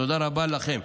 תודה רבה לכם.